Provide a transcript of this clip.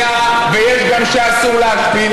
די, אורן, תפסיק.